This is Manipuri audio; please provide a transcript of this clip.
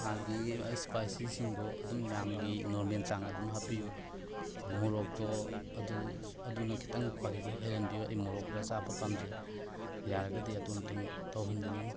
ꯃꯥꯒꯤ ꯁ꯭ꯄꯥꯏꯁꯤꯁꯤꯡꯗꯣ ꯑꯗꯨꯝ ꯃꯌꯥꯝꯒꯤ ꯅꯣꯔꯃꯦꯜ ꯆꯥꯡ ꯑꯗꯨꯝ ꯍꯥꯞꯄꯤꯌꯨ ꯃꯣꯔꯣꯛꯇꯣ ꯑꯗꯨ ꯑꯗꯨꯅ ꯈꯤꯇꯪ ꯀ꯭ꯋꯥꯂꯤꯇꯤ ꯍꯦꯜꯂꯟꯕꯤꯌꯣ ꯑꯩ ꯃꯣꯔꯣꯛ ꯈꯔ ꯆꯥꯕ ꯄꯥꯝꯖꯩ ꯌꯥꯔꯒꯗꯤ ꯑꯗꯨꯝꯇꯪ ꯇꯧꯍꯟꯖꯅꯤꯡꯉꯤ